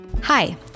Hi